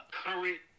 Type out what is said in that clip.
current